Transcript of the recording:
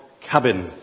cabin